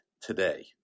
today